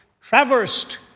traversed